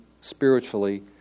spiritually